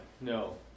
No